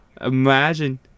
Imagine